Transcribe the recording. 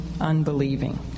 unbelieving